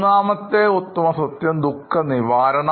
മൂന്നാമത്തെ ഉത്തമ സത്യം ദുഃഖ നിവാരണം